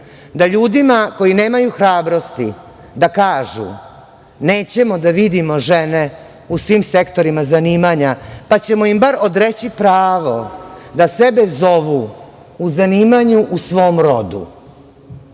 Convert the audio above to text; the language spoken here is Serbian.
da ljudima koji nemaju hrabrosti da kažu – nećemo da vidimo žene u svim sektorima zanimanja, pa ćemo im bar odreći pravo da sebe zovu u zanimanju u svom rodu.